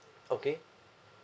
okay